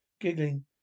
Giggling